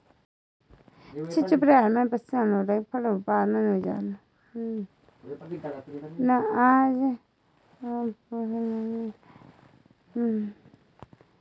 आज पोस्टमैन हमारे निजी ऋण के आवेदन की स्वीकृति का जवाबी पत्र ले कर आया